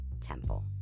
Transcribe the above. Temple